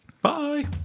Bye